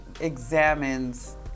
examines